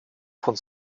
von